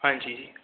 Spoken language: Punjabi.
ਹਾਂਜੀ